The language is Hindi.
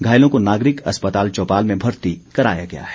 घायलों को नागरिक अस्पताल चौपाल में भर्ती कराया गया है